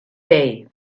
bay